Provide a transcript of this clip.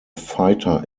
fighter